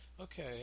okay